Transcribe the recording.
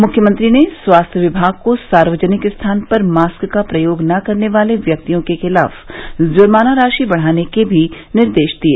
मुख्यमंत्री ने स्वास्थ्य विभाग को सार्वजनिक स्थान पर मास्क का प्रयोग न करने वाले व्यक्तियों के खिलाफ जुर्माना राशि बढ़ाने के भी निर्देश दिए